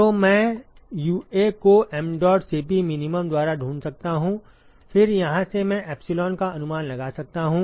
तो मैं UA को mdot Cp min द्वारा ढूंढ सकता हूं फिर यहां से मैं एप्सिलॉन का अनुमान लगा सकता हूं